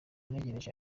ntegereje